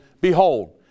Behold